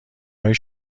های